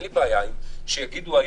שיגידו: